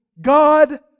God